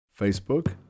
Facebook